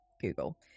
Google